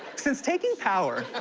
since taking power,